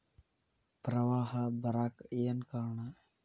ಪ್ರವಾಹ ಬರಾಕ್ ಏನ್ ಕಾರಣ?